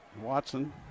watson